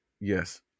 yes